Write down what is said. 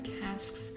tasks